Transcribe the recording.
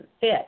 fit